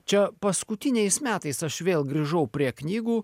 čia paskutiniais metais aš vėl grįžau prie knygų